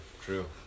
True